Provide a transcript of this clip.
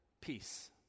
peace